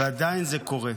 וזה עדיין קורה.